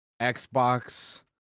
Xbox